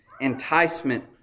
enticement